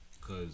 Cause